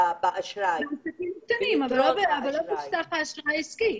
בעסקים הקטנים, לא בסך האשראי העסקי.